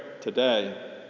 today